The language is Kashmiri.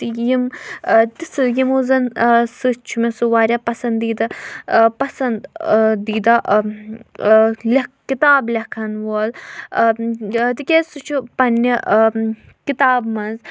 یِم تِژھ یِمو زَن سۭتۍ چھُ مےٚ سُہ واریاہ پَسنٛدیٖدٕ پَسَنٛد دیٖدہ لٮ۪کھ کِتاب لٮ۪کھَن وول تِکیٛازِ سُہ چھُ پنٛنہِ کِتاب منٛز